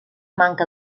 manca